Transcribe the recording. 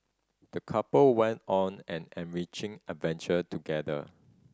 the couple went on an enriching adventure together